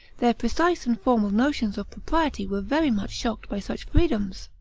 their precise and formal notions of propriety were very much shocked by such freedoms.